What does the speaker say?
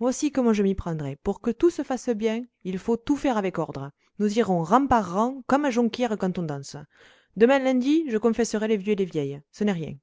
voici comment je m'y prendrai pour que tout se fasse bien il faut tout faire avec ordre nous irons rang par rang comme à jonquières quand on danse demain lundi je confesserai les vieux et les vieilles ce n'est rien